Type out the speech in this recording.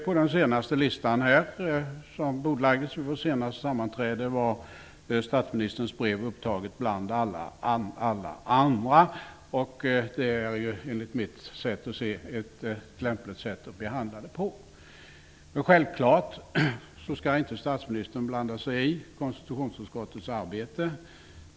På den senaste listan, som bordlades vid vårt senaste sammanträde, var statsministerns brev upptaget bland alla andra brev. Enligt mitt sätt att se är det ett lämpligt sätt att behandla det på. Självfallet skall inte statsministern blanda sig i konstitutionsutskottets arbete.